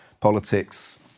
politics